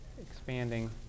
expanding